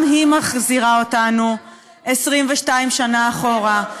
גם היא מחזירה אותנו 22 שנה אחורה.